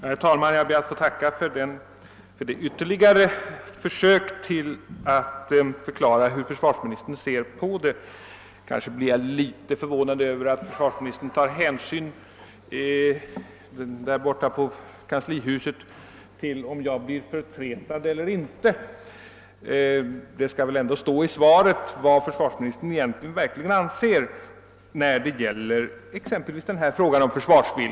Herr talman! Jag ber att få tacka för detta ytterligare försök att förklara hur försvarsministern ser på frågan. Kanske var jag litet förvånad över att försvarsministern där borta i kanslihuset tar hänsyn till om jag blir förtretad eller inte. Det skall väl ändå stå i svaret vad försvarsministern verkligen anser.